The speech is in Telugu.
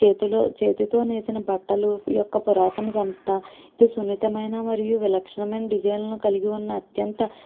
చేతిలో చేతితో నేసిన బట్టలు యొక్క పురాతన సంస్థ సున్నితమైన మరియు విలక్షణమైన డిజైన్లను కలిగి ఉన్న అత్యంత